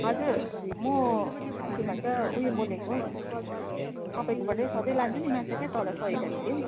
हजुर म के भन्छ ऊ यो बोलेको हौ तपैँकोबाटै सधैँ लान्छु नि माछा क्या तल सरिता दिदी हौ